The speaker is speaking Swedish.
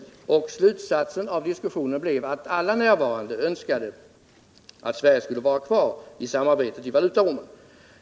Slutsatsen av diskussionen blev att alla närvarande önskade att Sverige skulle vara kvar i samarbetet i valutaormen.